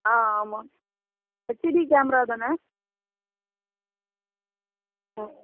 ஆ ஆமாம் HD camera தானே ஆ